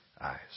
eyes